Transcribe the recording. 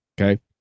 Okay